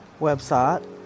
website